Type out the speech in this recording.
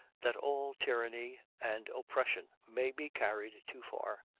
that all tyranny and oppression may be carried too far,